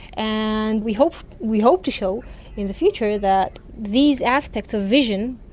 and we hope we hope to show in the future that these aspects of vision,